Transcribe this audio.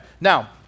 Now